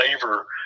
flavor